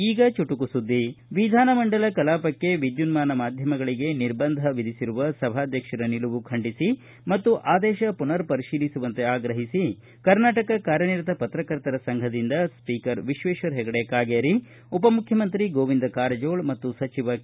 ಈಗ ಚುಟುಕು ಸುದ್ದಿ ವಿಧಾನ ಮಂಡಲ ಕಲಾಪಕ್ಕೆ ವಿದ್ಯುನ್ನಾನ ಮಾಧ್ಯಮಗಳಿಗೆ ನಿರ್ಬಂಧ ವಿಧಿಸಿರುವ ಸಭಾಧ್ಯಕ್ಷರ ನಿಲುವು ಖಂಡಿಸಿ ಮತ್ತು ಆದೇಶ ಮನರ್ ಪರಿಶೀಲಿಸುವಂತೆ ಆಗ್ರಹಿಸಿ ಕರ್ನಾಟಕ ಕಾರ್ಯ ನಿರತ ಪತ್ರಕರ್ತರ ಸಂಘದಿಂದ ಸ್ವೀಕರ್ ವಿಶ್ವೇಶ್ವರ ಪೆಗಡೆ ಕಾಗೇರಿ ಉಪ ಮುಖ್ಯಮಂತ್ರಿ ಗೋವಿಂದ ಕಾರಜೋಳ ಮತ್ತು ಸಚಿವ ಕೆ